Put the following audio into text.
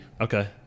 Okay